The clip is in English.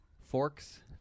Forks